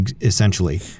essentially